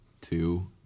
two